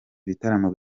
ibitaramo